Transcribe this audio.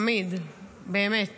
תמיד, באמת